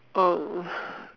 um